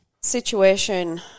situation